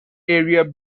area